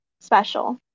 special